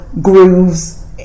grooves